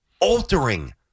altering